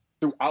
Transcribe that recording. throughout